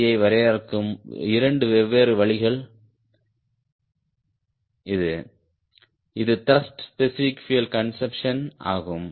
Ct ஐ வரையறுக்கும் 2 வெவ்வேறு வழிகள் இது இது த்ருஷ்ட் ஸ்பெசிபிக் பியூயல் கன்சம்ப்ஷன் ஆகும்